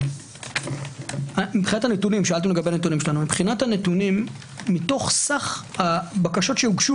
מבחינת הנתונים מתוך סך הבקשות שהוגשו